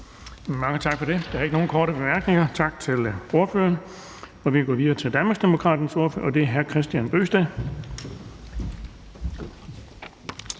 Bonnesen): Der er ikke nogen korte bemærkninger. Tak til ordføreren. Vi kan gå videre til Danmarksdemokraternes ordfører, og det er hr. Kristian Bøgsted.